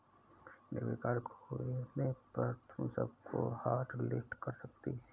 debit card खोने पर तुम उसको हॉटलिस्ट कर सकती हो